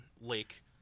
Lake